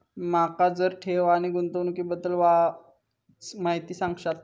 माका जरा ठेव आणि गुंतवणूकी बद्दल वायचं माहिती सांगशात?